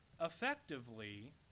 effectively